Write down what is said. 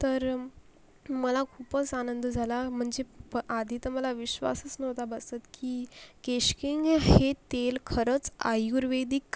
तर मला खूपच आनंद झाला म्हणजे प आधी तर मला विश्वासच नव्हता बसत की केश किंग हे तेल खरंच आयुर्वेदिक